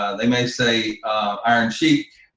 ah they may say iron sheep,